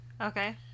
Okay